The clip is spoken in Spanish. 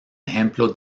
ejemplo